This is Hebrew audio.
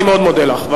אני מאוד מודה לך.